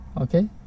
okay